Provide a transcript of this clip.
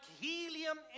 helium